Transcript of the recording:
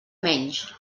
menys